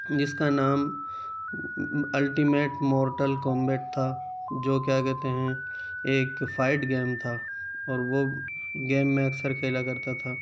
جس کا نام الٹیمیٹ مورٹل کومبیٹ تھا جو کیا کہتے ہیں ایک فائیٹ گیم تھا اور وہ گیم میں اکثر کھیلا کرتا تھا